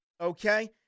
okay